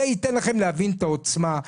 זה ייתן לכם להבין את העוצמה.